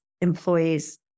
employees